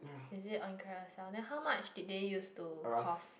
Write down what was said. is it on Carousell then how much did they use to cost